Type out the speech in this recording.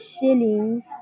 shillings